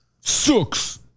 Sucks